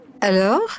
Alors